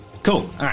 Cool